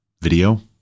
video